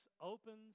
opens